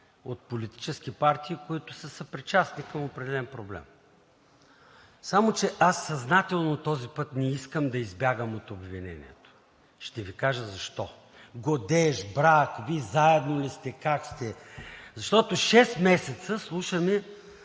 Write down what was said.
от политически партии, които са съпричастни към определен проблем. Само че аз съзнателно този път не искам да избягам от обвинението. Ще Ви кажа защо – годеж, брак, Вие заедно ли сте, как сте? Защото шест месеца слушаме